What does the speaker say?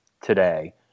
today